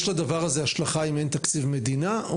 יש לדבר הזה השלכה אם אין תקציב מדינה?